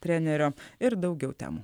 trenerio ir daugiau temų